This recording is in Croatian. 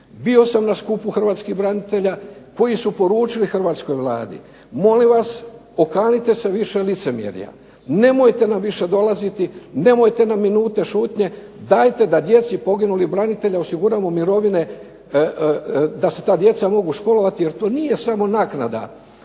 Bio sam na skupu Hrvatskih branitelja koji su poručili hrvatskoj Vladi. Molim vas okanite se više licemjerja, nemojte nam više dolaziti, nemojte na minute šutnje, dajete da djeci poginulih branitelja osiguramo mirovine, da se ta djeca mogu školovati, jer to nije samo naknada,